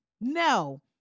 No